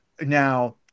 Now